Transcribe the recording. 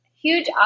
huge